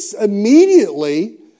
immediately